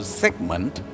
segment